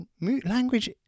Language